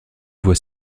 voie